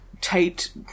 Tate